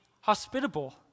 hospitable